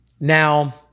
Now